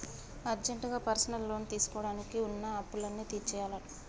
అర్జెంటుగా personal loan తీసుకొని వున్న అప్పులన్నీ తీర్చేయ్యాలే